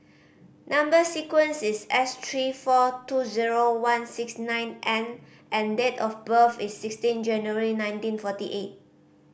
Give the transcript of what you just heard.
number sequence is S three four two zero one six nine N and date of birth is sixteen January nineteen forty eight